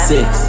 Six